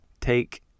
take